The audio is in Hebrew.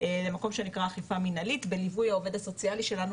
למקום שנקרא אכיפה מנהלית בליווי העו"ס שלנו